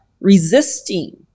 resisting